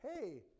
hey